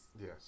Yes